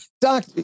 Doc